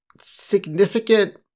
significant